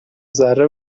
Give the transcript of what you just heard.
ذره